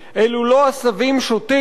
אלו לא עשבים שוטים,